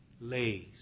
lays